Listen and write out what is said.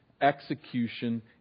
execution